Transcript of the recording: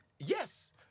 Yes